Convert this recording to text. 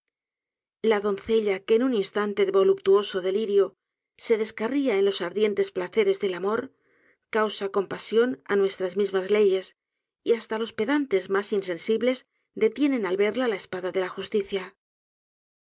la doncella que en un instante de voluptuoso delirio se descarría en los ardientes placeres del amor causa compasien á nuestras mismas leyes y hasta los pedantes mas insensibles detienen al verla la espada de la justicia